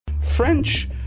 French